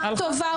טובה,